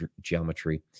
geometry